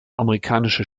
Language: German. amerikanische